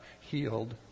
healed